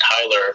Tyler